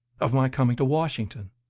of my coming to washington.